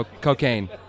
Cocaine